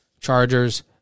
Chargers